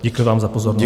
Děkuji vám za pozornost.